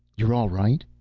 you're all right?